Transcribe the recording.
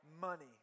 Money